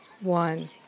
one